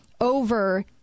over